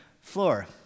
floor